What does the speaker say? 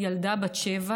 ילדה בת שבע